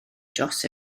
dros